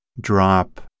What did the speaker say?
drop